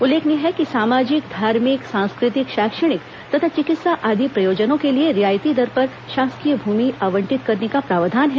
उल्लेखनीय है कि सामाजिक धार्मिक सांस्कृतिक शैक्षणिक तथा चिकित्सा आदि प्रयोजनों के लिए रियायती दर पर शासकीय भूमि आवंटित करने का प्रावधान है